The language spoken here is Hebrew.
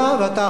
לא להיות אחרון?